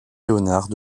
léonard